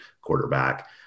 quarterback